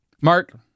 mark